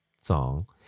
song